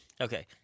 Okay